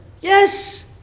Yes